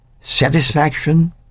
satisfaction